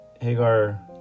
Hagar